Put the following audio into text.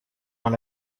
dans